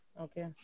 Okay